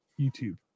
YouTube